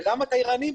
וגם התיירנים.